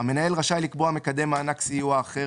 המנהל רשאי לקבוע מקדם מענק סיוע אחר,